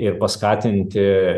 ir paskatinti